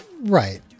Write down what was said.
Right